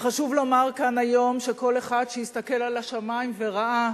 וחשוב לומר כאן היום שכל אחד שהסתכל על השמים וראה